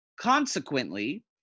Consequently